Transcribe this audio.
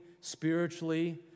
spiritually